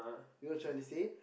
you're trying to say